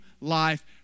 life